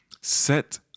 set